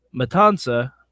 Matanza